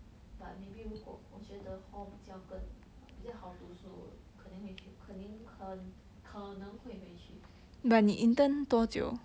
but maybe 如果我觉得 hall 比较更比较好读书肯定会去肯定可能可能会回去 yeah